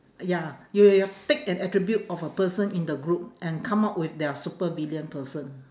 ya you you take an attribute of a person in the group and come up with their supervillain person